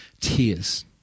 tears